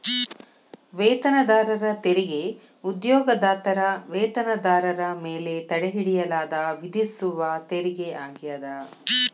ವೇತನದಾರರ ತೆರಿಗೆ ಉದ್ಯೋಗದಾತರ ವೇತನದಾರರ ಮೇಲೆ ತಡೆಹಿಡಿಯಲಾದ ವಿಧಿಸುವ ತೆರಿಗೆ ಆಗ್ಯಾದ